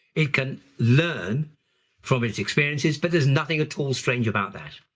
it can learn from its experiences, but there's nothing at all strange about that.